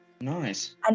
Nice